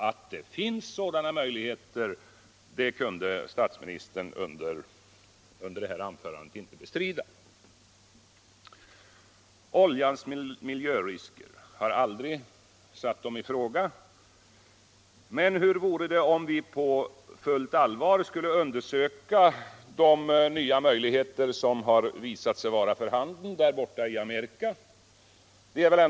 Att det finns sådana möjligheter kunde statsministern under sitt anförande inte bestrida. Jag har aldrig ifrågasatt oljans miljörisker, men hur vore det om vi på fullt allvar skulle undersöka de nya möjligheter som har visat sig vara för handen borta i Amerika.